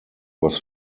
was